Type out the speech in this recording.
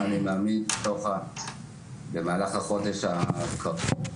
אני מאמין שבמהלך החודש הקרוב,